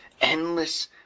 endless